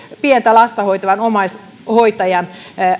pientä lasta hoitavan omaishoitajan